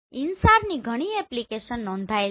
InSAR ની ઘણી application નોંધાયેલ છે